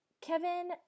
Kevin